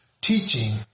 teaching